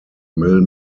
mill